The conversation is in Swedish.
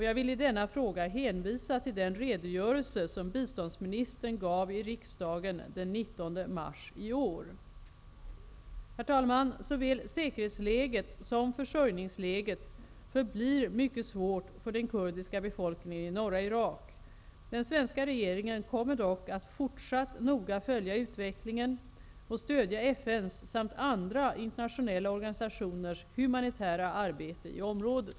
Jag vill i denna fråga hänvisa till den redogörelse som biståndsministern gav i riksdagen den 19 mars i år. Herr talman! Såväl säkerhetsläget som försörjningsläget förblir mycket svårt för den kurdiska befolkningen i norra Irak. Den svenska regeringen kommer dock att fortsatt noga följa utvecklingen och stödja FN:s samt andra internationella organisationers humanitära arbete i området.